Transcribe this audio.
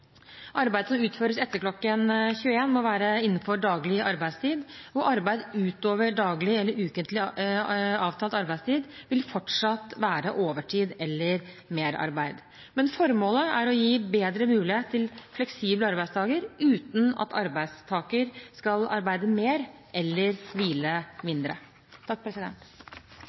Arbeid som utføres etter klokken 21, må være innenfor daglig arbeidstid. Arbeid utover daglig eller ukentlig avtalt arbeidstid vil fortsatt være overtid eller merarbeid. Formålet er å gi bedre mulighet til fleksible arbeidsdager, uten at arbeidstaker skal arbeide mer eller hvile mindre.